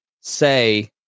say